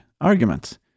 arguments